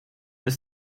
ist